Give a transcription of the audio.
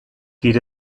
geht